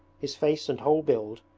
his face and whole build,